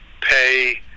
pay